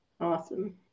Awesome